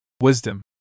Wisdom